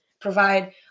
provide